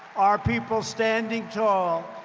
our people standing tall,